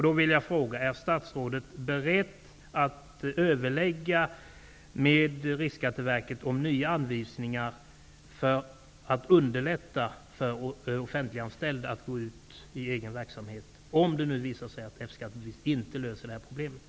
Då vill jag fråga: Är statsrådet beredd att överlägga med Riksskatteverket om nya anvisningar för att underlätta för offentliganställda att gå ut i egen verksamhet, om det nu visar sig att